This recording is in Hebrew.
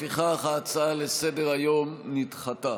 לפיכך, ההצעה לסדר-היום נדחתה.